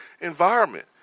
environment